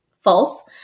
false